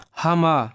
hama